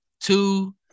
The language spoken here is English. two